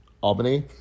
Albany